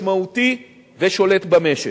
משמעותי ושולט במשק.